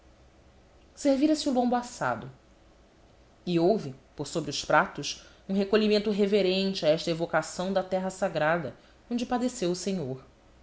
sião servira se o lombo assado e houve por sobre os pratos um recolhimento reverente a esta evocação da terra sagrada onde padeceu o senhor